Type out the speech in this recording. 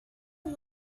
and